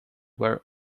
where